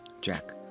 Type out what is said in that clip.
Jack